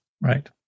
Right